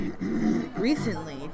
recently